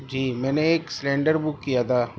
جی میں نے ایک سیلنڈر بک کیا تھا